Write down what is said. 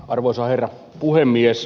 arvoisa herra puhemies